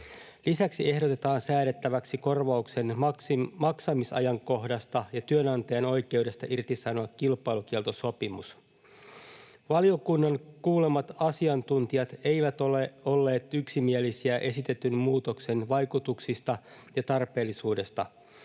Lisäksi ehdotetaan säädettäväksi korvauksen maksamisajankohdasta ja työnantajan oikeudesta irtisanoa kilpailukieltosopimus. Valiokunnan kuulemat asiantuntijat eivät ole olleet yksimielisiä esitetyn muutoksen vaikutuksista ja tarpeellisuudesta.